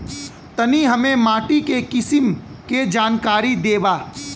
तनि हमें माटी के किसीम के जानकारी देबा?